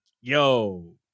yo